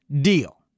deal